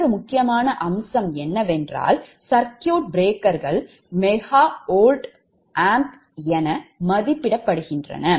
மற்றொரு முக்கியமான அம்சம் என்னவென்றால் சர்க்யூட் பிரேக்கர்கள் MVA என மதிப்பிடப்படுகின்றன